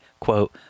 quote